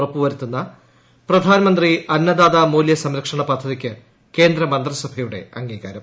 ഉറപ്പൂവരുത്തുന്ന പ്രധാൻമന്ത്രി അന്ന്ദാ്താ ്മൂല്യ സംരക്ഷണ പദ്ധതിക്ക് കേന്ദ്ര മന്ത്രിസഭയുടെ അംഗീകാര്ം